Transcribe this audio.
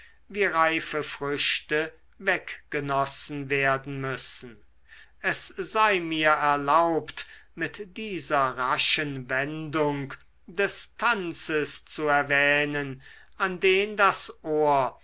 wie reife früchte weggenossen werden müssen es sei mir erlaubt mit dieser raschen wendung des tanzes zu erwähnen an den das ohr